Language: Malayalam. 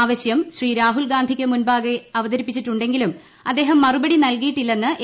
ആവശ്യം ശ്രീ രാഹുൽഗാന്ധിക്ക് മുമ്പാകെ അവതരിപ്പിച്ചിട്ടുണ്ടെങ്കിലും അദ്ദേഹം മറുപടി നൽകിയിട്ടില്ലെന്ന് എ